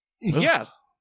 Yes